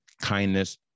kindness